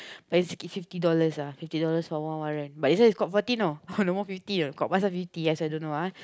but is okay fifty dollar ah fifty dollars for one one rank but this one got forty know ah no more fifty know fifty so i don't know ah